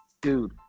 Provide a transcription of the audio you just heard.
dude